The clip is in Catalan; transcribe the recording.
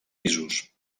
pisos